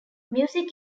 music